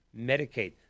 Medicaid